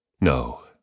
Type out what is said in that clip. No